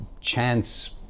chance